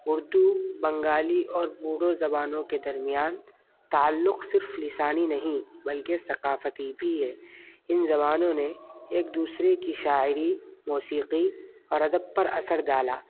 اردو بنگالی اور بوڈو زبانوں کے درمیان تعلق صرف لسانی نہیں بلکہ ثقافتی بھی ہے ان زبانوں نے ایک دوسرے کی شاعری موسیقی اور ادب پر اثر ڈالا